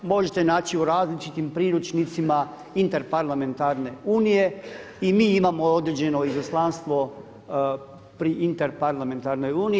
Možete naći u različitim priručnicima Interparlamentarne unije i mi imamo određeno izaslanstvo pri Interparlamentarnoj uniji.